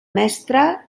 mestre